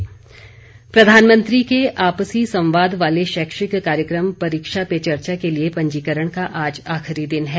परीक्षा पे चर्चा प्रधानमंत्री के आपसी संवाद वाले शैक्षिक कार्यक्रम परीक्षा पे चर्चा के लिए पंजीकरण का आज आखिरी दिन है